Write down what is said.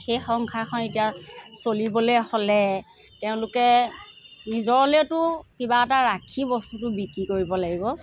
সেই সংসাৰখন এতিয়া চলিবলৈ হ'লে তেওঁলোকে নিজলৈতো কিবা এটা ৰাখি বস্তুটো বিক্ৰী কৰিব লাগিব